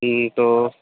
تو